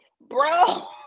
bro